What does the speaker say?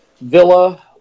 Villa